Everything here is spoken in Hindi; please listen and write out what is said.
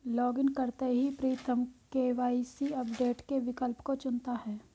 लॉगइन करते ही प्रीतम के.वाई.सी अपडेट के विकल्प को चुनता है